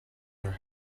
their